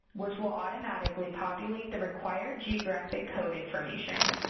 which will automatically populate the required geographic code information.